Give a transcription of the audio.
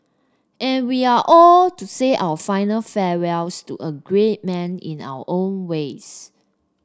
and we are all to say our final farewells to a great man in our own ways